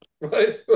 Right